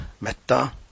metta